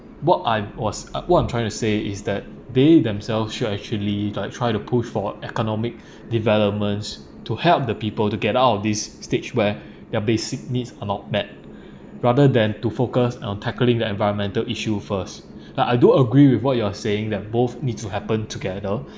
what I was uh what I'm trying to say is that they themselves should actually like try to push for economic developments to help the people to get out of this stage where their basic needs are not met rather than to focus on tackling the environmental issue first like I do agree with what you are saying that both need to happen together